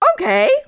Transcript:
Okay